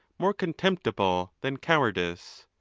more contemptible than cowardice,